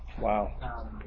Wow